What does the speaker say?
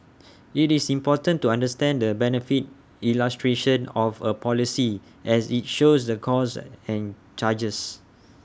IT is important to understand the benefit illustration of A policy as IT shows the costs and charges